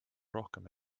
rohkem